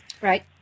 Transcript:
Right